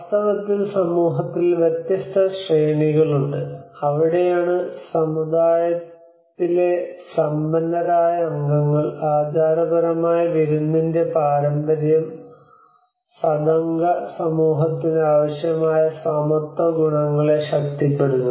വാസ്തവത്തിൽ സമൂഹത്തിൽ വ്യത്യസ്ത ശ്രേണികളുണ്ട് അവിടെയാണ് സമുദായത്തിലെ സമ്പന്നരായ അംഗങ്ങൾ ആചാരപരമായ വിരുന്നിന്റെ പാരമ്പര്യം സദംഗ സമൂഹത്തിന് ആവശ്യമായ സമത്വ ഗുണങ്ങളെ ശക്തിപ്പെടുത്തുന്നത്